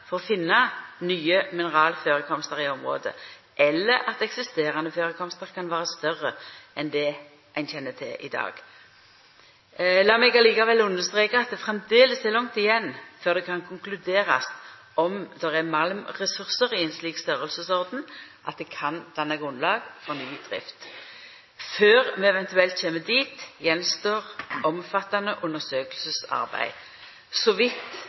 for å finna nye mineralførekomstar i området, eller at eksisterande førekomstar kan vera større enn det ein kjenner til i dag. Lat meg likevel understreka at det framleis er langt igjen før det kan konkluderast om det er malmressursar i ein slik storleik at det kan danna grunnlag for ny drift. Før vi eventuelt kjem dit, står det att omfattande undersøkingsarbeid. Så vidt